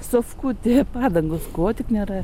sofkutė padangos ko tik nėra